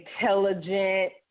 intelligent